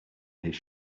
his